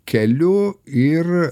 keliu ir